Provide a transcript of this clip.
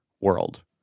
world